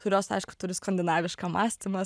kurios aišku turi skandinavišką mąstymą